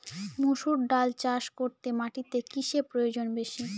মুসুর ডাল চাষ করতে মাটিতে কিসে প্রয়োজন বেশী?